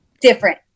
different